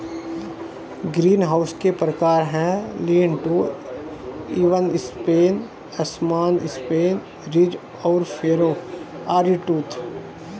greenhouse के प्रकार है, लीन टू, इवन स्पेन, असमान स्पेन, रिज और फरो, आरीटूथ